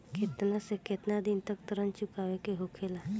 केतना से केतना दिन तक ऋण चुकावे के होखेला?